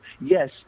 yes